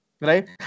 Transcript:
right